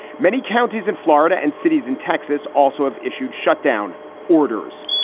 many counties in florida and cities in texas also have issued shutdown orders.